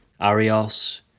Arios